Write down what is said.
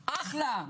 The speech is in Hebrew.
אחלה,